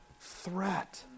threat